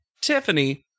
Tiffany